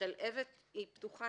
השלהבת היא פתוחה